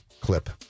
clip